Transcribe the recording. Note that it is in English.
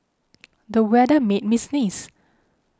the weather made me sneeze